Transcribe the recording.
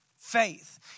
Faith